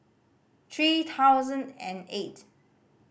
three thousand and eight